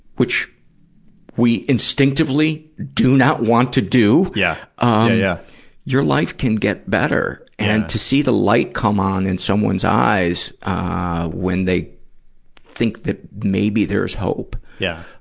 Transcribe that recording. which we instinctively do not want to do, yeah ah yeah your life can get better. and to see the light come on in someone's eyes ah when they think that maybe there's hope yeah